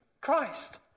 Christ